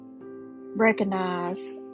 recognize